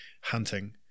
hunting